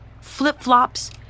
Flip-flops